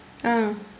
ah